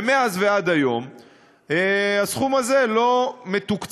ומאז ועד היום הסכום הזה לא מתוקצב.